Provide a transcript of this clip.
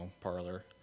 parlor